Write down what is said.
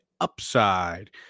Upside